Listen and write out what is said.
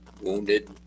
wounded